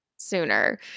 Sooner